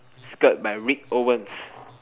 skirt by Rick Owens